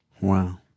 Wow